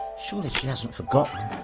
surely she hasn't forgotten?